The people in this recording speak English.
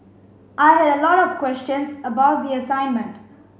I had a lot of questions about the assignment